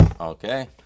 Okay